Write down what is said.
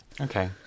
Okay